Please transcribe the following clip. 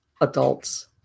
adults